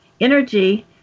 energy